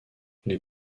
les